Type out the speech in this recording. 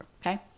Okay